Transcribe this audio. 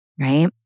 right